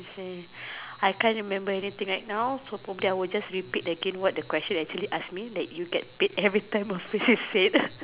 say I can't remember anything right now so probably I will just repeat again what the question actually ask me let you get paid everytime a phrase is said